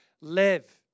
live